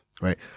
right